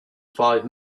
five